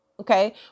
Okay